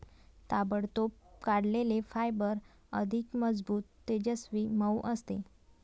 ताबडतोब काढलेले फायबर अधिक मजबूत, तेजस्वी, मऊ असते